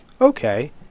Okay